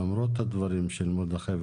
למרות הדברים של מרדכי,